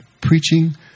preaching